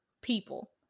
People